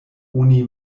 oni